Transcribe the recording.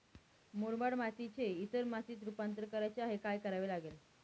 मुरमाड मातीचे इतर मातीत रुपांतर करायचे आहे, काय करावे लागेल?